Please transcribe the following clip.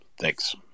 Thanks